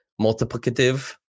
multiplicative